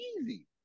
easy